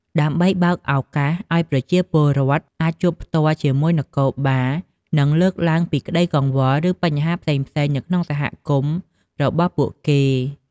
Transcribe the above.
ដើម្បីបើកឱកាសឲ្យប្រជាពលរដ្ឋអាចជួបផ្ទាល់ជាមួយនគរបាល និងលើកឡើងពីក្ដីកង្វល់ ឬបញ្ហាផ្សេងៗនៅក្នុងសហគមន៍របស់ពួកគេ។